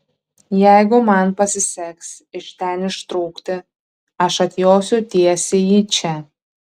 jeigu man pasiseks iš ten ištrūkti aš atjosiu tiesiai į čia